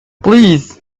please